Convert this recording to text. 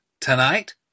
tonight